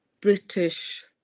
British